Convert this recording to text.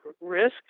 risk